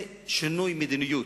זה שינוי מדיניות.